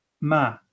Ma